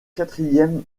quatrième